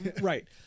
right